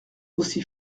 aussi